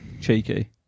cheeky